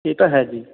ਇਹ ਤਾਂ ਹੈ ਜੀ